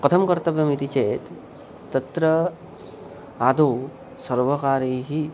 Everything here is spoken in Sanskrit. कथं कर्तव्यम् इति चेत् तत्र आदौ सर्वकारैः